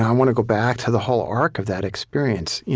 um want to go back to the whole arc of that experience.